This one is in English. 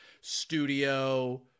studio